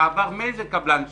בעבר איזה קבלן שיפוצים,